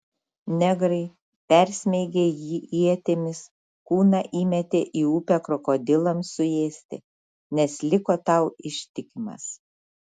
negrai persmeigę jį ietimis kūną įmetė į upę krokodilams suėsti nes liko tau ištikimas